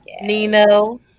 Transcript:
Nino